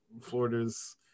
florida's